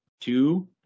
two